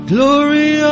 Glory